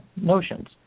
notions